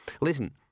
Listen